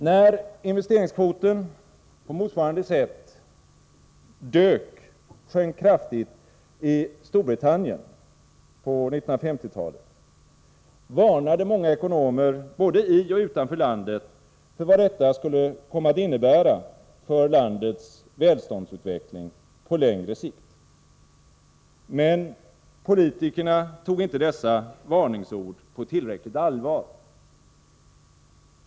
När investeringskvoten på motsvarande sätt kraftigt sjönk i Storbritannien på 1950-talet varnade många ekonomer både i och utanför landet för vad detta skulle komma att innebära för landets välståndsutveckling på längre sikt. Men politikerna tog inte dessa varningsord på tillräckligt allvar.